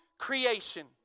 creation